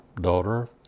daughter